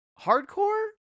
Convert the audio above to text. hardcore